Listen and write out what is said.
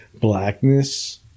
blackness